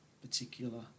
particular